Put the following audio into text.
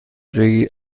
بگیرید